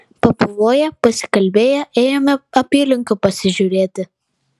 pabuvoję pasikalbėję ėjome apylinkių pasižiūrėti